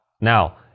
Now